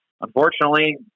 Unfortunately